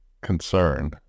concern